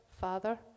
father